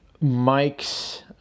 Mike's